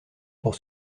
pour